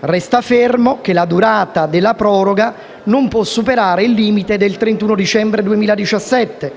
Resta fermo che la durata della proroga non può superare il limite del 31 dicembre 2017.